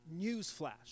Newsflash